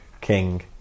King